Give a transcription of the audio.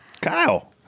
Kyle